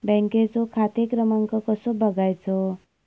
बँकेचो खाते क्रमांक कसो बगायचो?